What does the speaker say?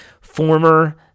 former